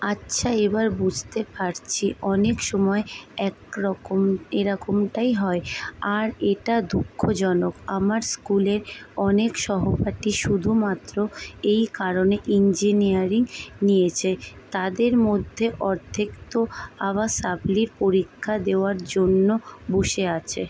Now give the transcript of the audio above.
আচ্ছা এবার বুঝতে পারছি অনেক সময়ই এক এরকমটাই হয় আর এটা দুঃখজনক আমার স্কুলের অনেক সহপাঠী শুধুমাত্র এই কারণে ইঞ্জিনিয়ারিং নিয়েছে তাদের মধ্যে অর্ধেক তো আবার সাপ্লির পরীক্ষা দেওয়ার জন্য বসে আছে